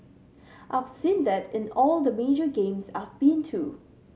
I've seen that in all the major games I've been too